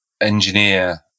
engineer